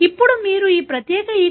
ఇప్పుడు మీరు ఈ ప్రత్యేక E